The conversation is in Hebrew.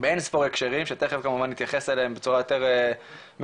באינספור הקשרים שתכף כמובן נתייחס אליהם בצורה יותר מפורטת.